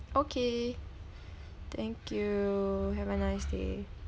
okay thank you have a nice day